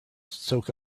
soak